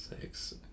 Six